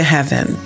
Heaven